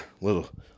little